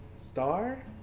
star